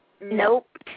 Nope